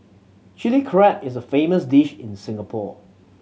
Chilli Crab is a famous dish in Singapore